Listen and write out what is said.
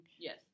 Yes